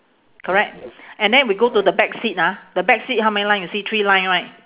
correct and then we go to the back seat ah the back seat how many line you see three line right